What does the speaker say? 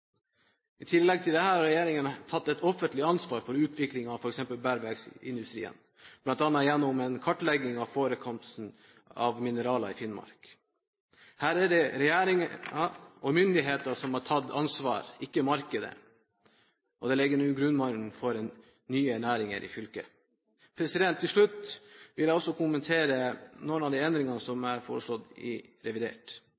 I tillegg til dette har denne regjeringen tatt et offentlig ansvar for utviklingen av f.eks. bergverksindustrien, bl.a. gjennom en kartlegging av forekomsten av mineraler i Finnmark. Her er det regjeringen og myndigheter som har tatt ansvar, ikke markedet, og det legger nå grunnlaget for nye næringer i fylket. Til slutt vil jeg også kommentere noen av de endringene